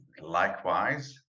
Likewise